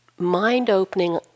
mind-opening